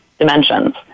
dimensions